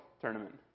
tournament